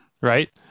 Right